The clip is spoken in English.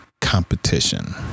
competition